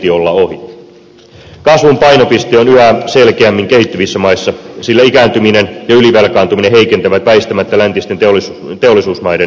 kasvun painopiste on yhä selkeämmin kehittyvissä maissa sillä ikääntyminen ja ylivelkaantuminen heikentävät väistämättä läntisten teollisuusmaiden kasvun edellytyksiä